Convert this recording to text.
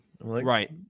Right